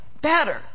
better